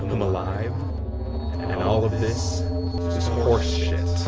i'm alive and and and all of this is horseshit.